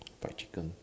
fried chicken